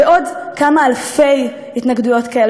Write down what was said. ועוד כמה אלפי התנגדויות כאלה.